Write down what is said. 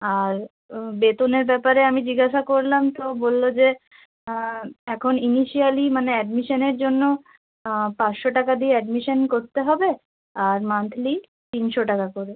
আর বেতনের ব্যাপারে আমি জিজ্ঞাসা করলাম তো বলল যে এখন ইনিশিয়ালি মানে অ্যাডমিশনের জন্য পাঁচশো টাকা দিয়ে অ্যাডমিশন করতে হবে আর মান্থলি তিনশো টাকা করে